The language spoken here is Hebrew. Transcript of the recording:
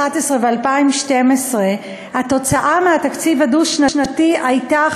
ו-2012 התוצאה מהתקציב הדו-שנתי הייתה,